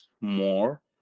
more